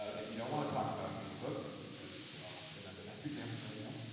ah if you don't wanna talk about facebook, because, well, they're not the best example right now.